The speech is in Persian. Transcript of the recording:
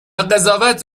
قضاوت